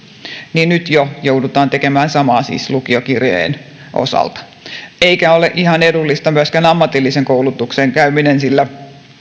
niin nyt jo joudutaan tekemään samaa siis lukiokirjojen osalta eikä ole ihan edullista myöskään ammatillisen koulutuksen käyminen sillä